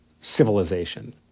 civilization